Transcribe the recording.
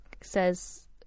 says